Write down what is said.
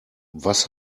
was